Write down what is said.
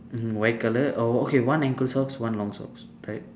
mm white colour oh okay one ankle socks one long socks right